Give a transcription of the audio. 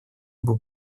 был